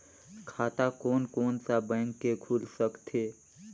खाता कोन कोन सा बैंक के खुल सकथे?